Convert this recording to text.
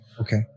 Okay